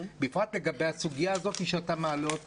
בפרט לגבי הסוגיה הזאת שאתה מעלה,